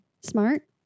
smart